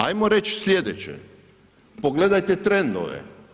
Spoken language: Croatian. Ajmo reć slijedeće, pogledajte trendove.